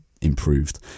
improved